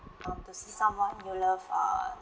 um the someone you love err